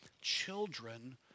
children